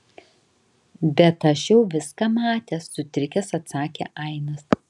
bet aš jau viską matęs sutrikęs atsakė ainas